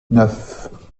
neuf